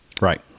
Right